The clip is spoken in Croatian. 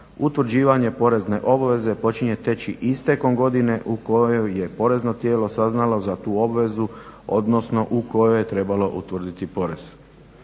utvrđivanje porezne obveze počinje teći istekom godine u kojoj je porezno tijelo saznalo za tu obvezu, odnosno u kojoj je trebalo utvrditi porez.